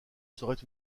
serait